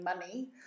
money